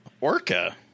Orca